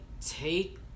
take